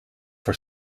voor